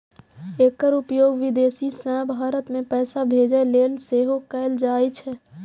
एकर उपयोग विदेश सं भारत मे पैसा भेजै लेल सेहो कैल जाइ छै